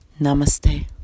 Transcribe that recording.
Namaste